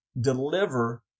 deliver